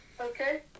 okay